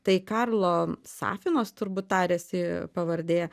tai karlo safinos turbūt tariasi pavardė